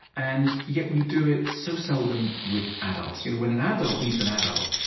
and yet we do it so seldom with adults. you know when an ah adult meets an adult,